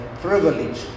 privilege